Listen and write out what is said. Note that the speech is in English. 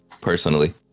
personally